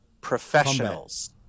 professionals